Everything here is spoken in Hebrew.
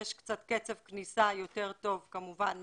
יש קצת קצב כניסה יותר טוב כמובן מ-2020.